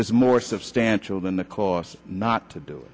is more substantial than the cost not to do